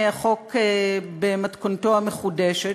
החוק במתכונתו המחודשת,